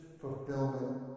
fulfillment